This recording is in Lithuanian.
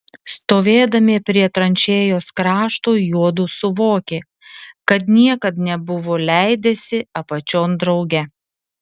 stovėdami prie tranšėjos krašto juodu suvokė kad niekad nebuvo leidęsi apačion drauge